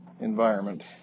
environment